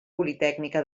politècnica